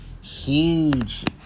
huge